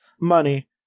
money